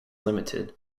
limited